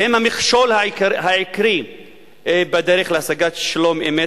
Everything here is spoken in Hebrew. הן המכשול העיקרי בדרך להשגת שלום אמת,